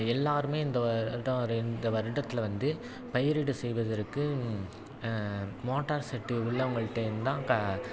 எல்லாருமே இந்த வருடம் இந்த வருடத்தில் வந்து பயிரிடு செய்வதற்கு மோட்டார் செட் உள்ளவங்கள்கிட்ட இருந்து தான் க